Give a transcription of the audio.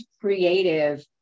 creative